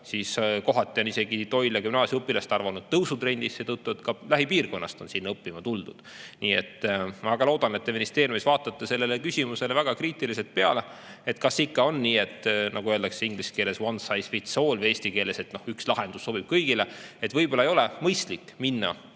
siis kohati on Toila Gümnaasiumi õpilaste arv olnud isegi tõusutrendis seetõttu, et ka lähipiirkonnast on sinna õppima tuldud. Ma väga loodan, et te ministeeriumis vaatate sellele küsimusele väga kriitiliselt peale. Kas ikka on nii, nagu öeldakse inglise keelesone size fits allvõi eesti keeles, et üks lahendus sobib kõigile? Võib-olla ei ole mõistlik minna